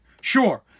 sure